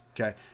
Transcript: okay